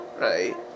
right